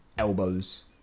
elbows